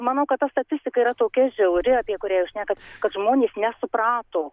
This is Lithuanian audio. manau kad ta statistika yra tokia žiauri apie kurią jūs šnekat kad žmonės nesuprato